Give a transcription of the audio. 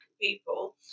people